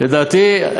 לדעתי,